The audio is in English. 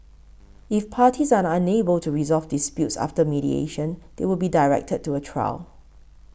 if parties are unable to resolve disputes after mediation they will be directed to a trial